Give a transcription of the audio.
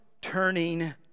turning